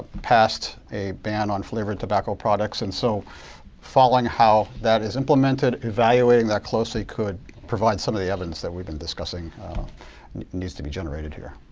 passed a ban on flavored tobacco products. and so following how that is implemented, evaluating that closely, could provide some of the evidence that we've been discussing that needs to be generated here.